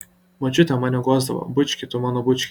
močiutė mane guosdavo bučki tu mano bučki